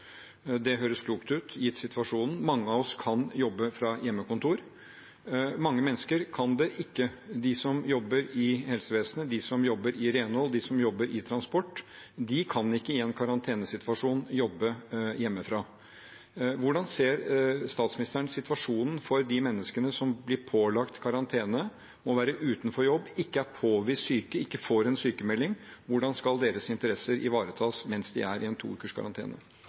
Det høres klokt ut, gitt situasjonen. Mange av oss kan jobbe fra hjemmekontor. Mange mennesker kan det ikke. De som jobber i helsevesenet, de som jobber innen renhold, de som jobber innen transport, kan ikke i en karantenesituasjon jobbe hjemmefra. Hvordan ser statsministeren på situasjonen for de menneskene som blir pålagt karantene og å være borte fra jobb, men som ikke er påvist syke og ikke får en sykemelding? Hvordan skal deres interesser ivaretas mens de er i en